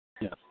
Yes